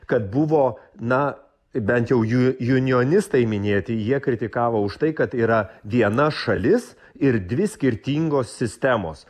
kad buvo na bent jau ju junjonistai minėti jie kritikavo už tai kad yra viena šalis ir dvi skirtingos sistemos